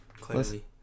clearly